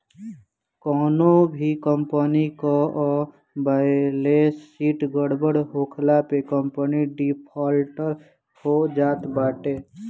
कवनो भी कंपनी कअ बैलेस शीट गड़बड़ होखला पे कंपनी डिफाल्टर हो जात बाटे